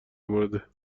مورد